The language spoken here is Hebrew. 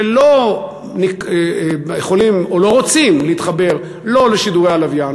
שלא יכולים או לא רוצים להתחבר לא לשידורי הלוויין